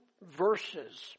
verses